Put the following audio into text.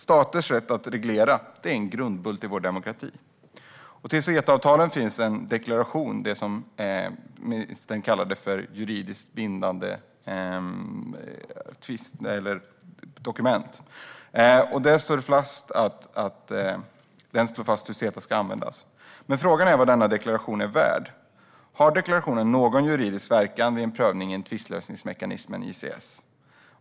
Staters rätt att reglera är en grundbult i vår demokrati. Till CETA-avtalet finns en deklaration - som ministern kallade ett juridiskt bindande dokument - där det slås fast hur CETA ska användas. Frågan är dock vad denna deklaration är värd. Har deklarationen någon juridisk verkan vid en prövning i tvistlösningsmekanismen ICS?